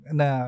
na